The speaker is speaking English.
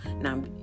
Now